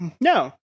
No